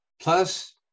plus